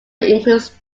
includes